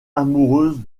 amoureuse